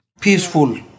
Peaceful